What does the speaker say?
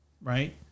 right